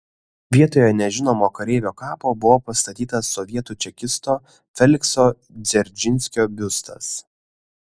vietoje nežinomo kareivio kapo buvo pastatytas sovietų čekisto felikso dzeržinskio biustas